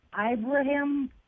Ibrahim